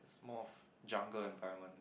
is more of jungle environment